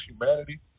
humanity